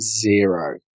zero